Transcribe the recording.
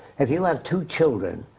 if you had two children,